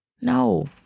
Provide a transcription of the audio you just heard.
No